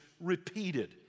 repeated